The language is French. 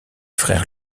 frères